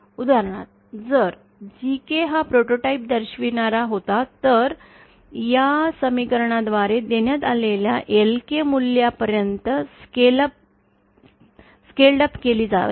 उदाहरणार्थ जर GK हा प्रोटोटाइप दर्शवणारा होता तर या समीकरणाद्वारे देण्यात आलेल्या LK मूल्यापर्यंत ते स्केल अप केल जावे